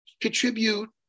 contribute